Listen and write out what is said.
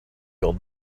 old